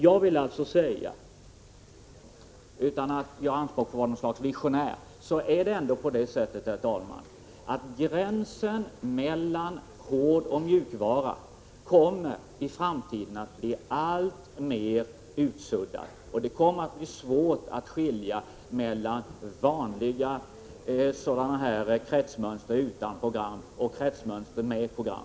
Jag vill alltså säga, utan att göra anspråk på att vara något slags visionär, att gränsen mellan hårdvara och mjukvara i framtiden kommer att bli alltmer utsuddad. Det kommer att bli svårt att skilja mellan vanliga kretsmönster utan program och kretsmönster med program.